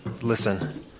Listen